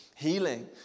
healing